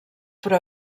però